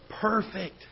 Perfect